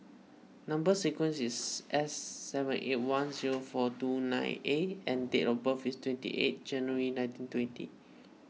Number Sequence is S seven eight one zero four two nine A and date of birth is twenty eight January nineteen twenty